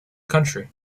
country